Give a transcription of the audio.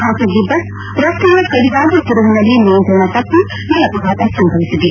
ಖಾಸಗಿ ಬಸ್ ರಸ್ತೆಯ ಕಡಿದಾದ ತಿರುವಿನಲ್ಲಿ ನಿಯಂತ್ರಣ ತಪ್ಪಿ ಈ ಅಪಘಾತ ಸಂಭವಿಸಿದೆ